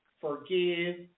forgive